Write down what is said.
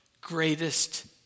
greatest